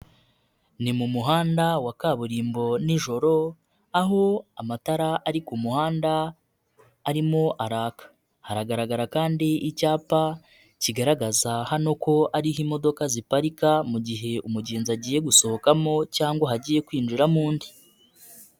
Ni mu muhanda wa kaburimbo nijoro, aho amatara ari ku muhanda arimo araka. Hagaragara kandi icyapa kigaragaza hano ko ariho imodoka ziparika mu gihe umugenzi agiye gusohokamo cyangwa hagiye kwinjiramo undi.